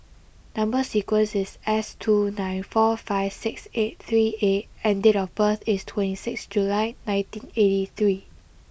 number sequence is S two nine four five six eight three A and date of birth is twenty six July nineteen eighty three